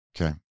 Okay